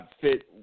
fit